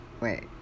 wait